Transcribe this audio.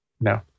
no